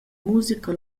musica